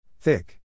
Thick